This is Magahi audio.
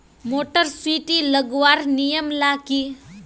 मोटर सुटी लगवार नियम ला की?